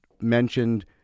mentioned